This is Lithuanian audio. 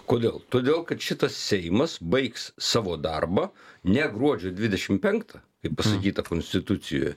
kodėl todėl kad šitas seimas baigs savo darbą ne gruodžio dvidešimt penktą kaip pasakyta konstitucijoje